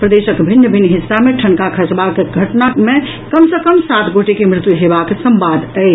प्रदेशक भिन्न भिन्न हिस्सा मे ठनका खसबाक घटनाक कम सँ कम सात गोटे के मृत्यु हेबाक संवाद अछि